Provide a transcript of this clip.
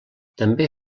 també